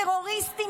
טרוריסטים,